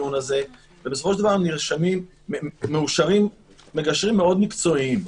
ובסופו של דבר מאושרים מגשרים מאוד מקצועיים.